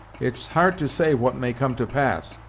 it's hard to say what may come to pass.